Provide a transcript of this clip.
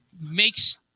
makes